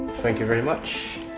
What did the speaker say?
thank you very much.